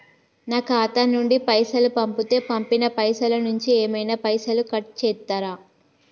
నా ఖాతా నుండి పైసలు పంపుతే పంపిన పైసల నుంచి ఏమైనా పైసలు కట్ చేత్తరా?